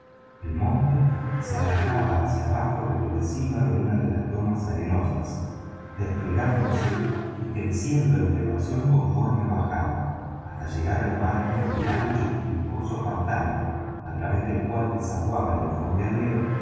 el monte se alargaba hacia abajo desde la cima de una de las lomas arenosas desplegándose y creciendo en elevación conforme bajaba hasta llegar á la margen del ancho y juncoso pantano á través del cual desaguaba en el fondeadero